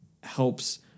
helps